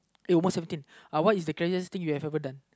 uh one seventeen uh what is the craziest thing you have ever done